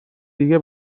دیگه